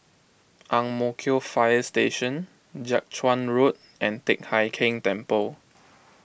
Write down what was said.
Ang Mo Kio Fire Station Jiak Chuan Road and Teck Hai Keng Temple